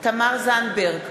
תמר זנדברג,